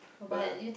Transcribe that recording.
but